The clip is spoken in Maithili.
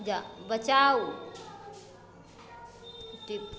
बचाउ